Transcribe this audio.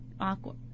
awkward